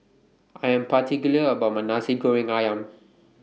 I Am particular about My Nasi Goreng Ayam